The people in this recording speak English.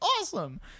awesome